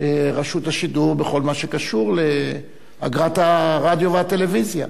רשות השידור בכל מה שקשור לאגרת הרדיו והטלוויזיה.